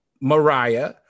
Mariah